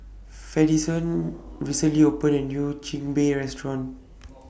Fidencio recently opened A New Chigenabe Restaurant